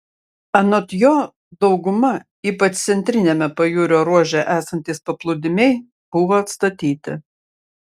anot jo dauguma ypač centriniame pajūrio ruože esantys paplūdimiai buvo atstatyti